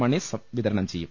മണി വിതരണം ചെയ്യും